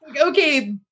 Okay